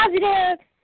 positive